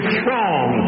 strong